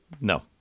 No